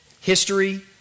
History